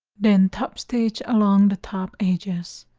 then top stitch along the top edges